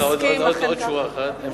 סליחה, עוד שורה אחת.